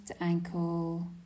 ankle